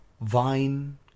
Vine